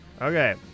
Okay